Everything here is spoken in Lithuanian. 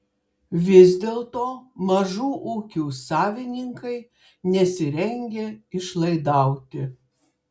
vis dėlto mažų ūkių savininkai nesirengia išlaidauti